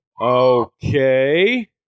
Okay